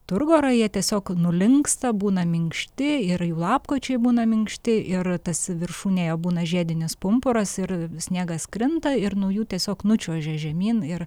turgorą jie tiesiog nulinksta būna minkšti ir jų lapkočiai būna minkšti ir tas viršūnėje būna žiedinis pumpuras ir sniegas krinta ir nuo jų tiesiog nučiuožia žemyn ir